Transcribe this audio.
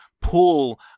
pull